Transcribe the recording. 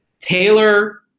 Taylor